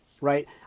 right